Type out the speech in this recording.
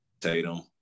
Tatum